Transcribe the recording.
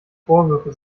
vorwürfe